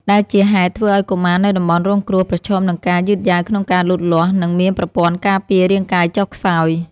ដែលជាហេតុធ្វើឱ្យកុមារនៅតំបន់រងគ្រោះប្រឈមនឹងការយឺតយ៉ាវក្នុងការលូតលាស់ និងមានប្រព័ន្ធការពាររាងកាយចុះខ្សោយ។